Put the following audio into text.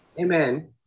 Amen